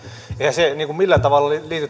nämä kaksi asiaa liity millään tavalla